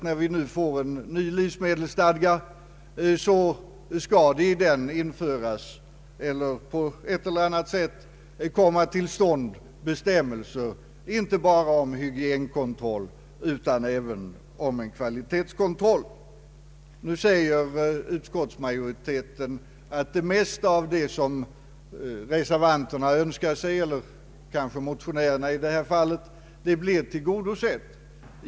När vi nu får en ny livsmedelsstadga anser vi reservanter att i den borde införas eller på annat sätt komma till stånd bestämmelser inte bara om hygienkontroll utan också om ' kvalitetskontroll. Utskottsmajoriteten anför att det mesta av vad motionärerna yrkar blir tillgodosett.